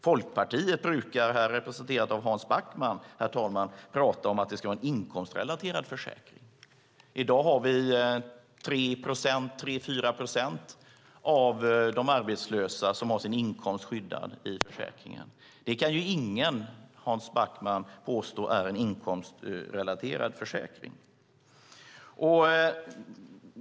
Folkpartiet, här representerat av Hans Backman, brukar prata om att det ska vara en inkomstrelaterad försäkring. I dag har 3-4 procent av de arbetslösa sin inkomst skyddad i försäkringen. Det kan ingen, Hans Backman, påstå är en inkomstrelaterad försäkring.